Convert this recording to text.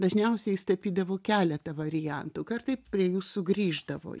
dažniausiai jis tapydavo keletą variantų kartais prie jų sugrįždavo